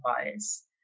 bias